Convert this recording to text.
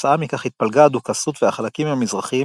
כתוצאה מכך התפלגה הדוכסות והחלקים המזרחיים